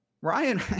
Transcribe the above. ryan